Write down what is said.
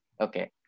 Okay